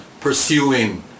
pursuing